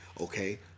Okay